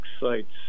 sites